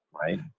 right